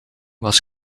was